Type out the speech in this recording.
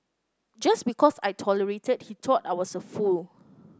just because I tolerated he thought I was a fool